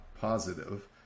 positive